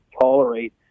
tolerate